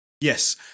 Yes